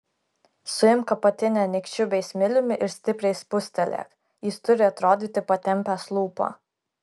suimk apatinę nykščiu bei smiliumi ir stipriai spustelėk jis turi atrodyti patempęs lūpą